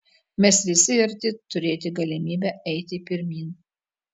mes visi verti turėti galimybę eiti pirmyn